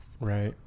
Right